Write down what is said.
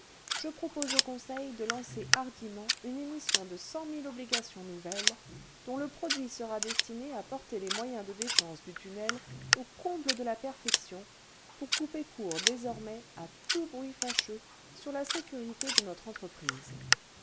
je propose au conseil de lancer hardiment une émission de cent mille obligations nouvelles dont le produit sera destiné à porter les moyens de défense du tunnel au comble de la perfection pour couper court désormais à tous bruits fâcheux sur la sécurité de notre entreprise